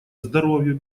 здоровью